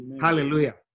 Hallelujah